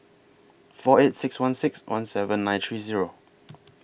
four eight six one six one seven nine three Zero